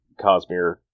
Cosmere